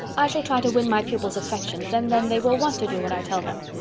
i shall try to win my pupils' affections and then they will want to do what i tell them.